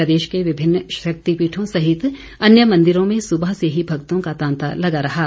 प्रदेश के विभिन्न शक्तिपीठों सहित अन्य मंदिरों में सुबह से ही भक्तों का तांता लगा हुआ है